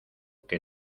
que